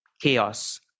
chaos